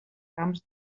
camps